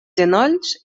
genolls